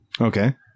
Okay